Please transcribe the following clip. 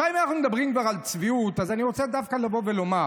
ואם אנחנו מדברים על צביעות אז אני רוצה לבוא ולומר